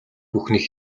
бүхнийг